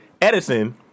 Edison